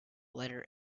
letter